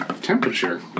temperature